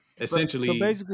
essentially